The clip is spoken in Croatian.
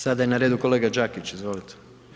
Sada je na redu kolega Đakić, izvolite.